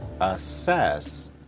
assess